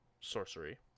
sorcery